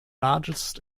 largest